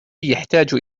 يحتاج